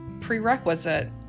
prerequisite